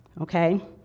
okay